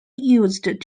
used